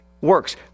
works